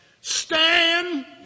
stand